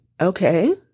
Okay